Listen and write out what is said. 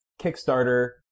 Kickstarter